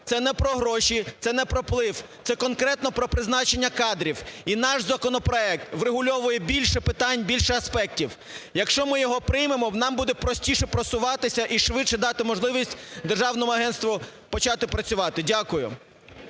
це не про гроші, це не про вплив, це конкретно про призначення кадрів. І наш законопроект врегульовує більше питань, більше аспектів. Якщо ми його приймемо нам буде простіше просуватися і швидше дати можливість Державному агентству почати працювати. Дякую.